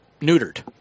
neutered